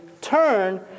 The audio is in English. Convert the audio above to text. turn